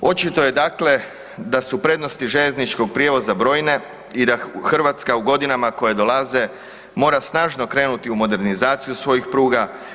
Očito je dakle da su prednosti željezničkog prijevoza brojne i da Hrvatska u godinama koje dolaze, mora snažno krenuti u modernizaciju svojih pruga.